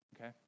Okay